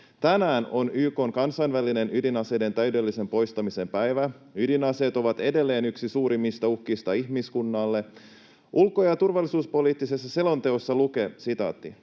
Tänään on YK:n kansainvälinen ydinaseiden täydellisen poistamisen päivä. Ydinaseet ovat edelleen yksi suurimmista uhkista ihmiskunnalle. Ulko- ja turvallisuuspoliittisessa selonteossa lukee: ”Naton